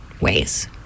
ways